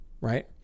right